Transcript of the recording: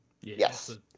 Yes